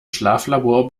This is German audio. schlaflabor